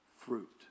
fruit